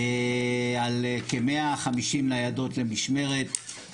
על כ-150 ניידות למשמרת.